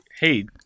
hey